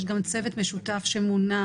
יש גם צוות משותף שמונה,